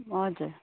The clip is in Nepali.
हजुर